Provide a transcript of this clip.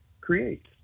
create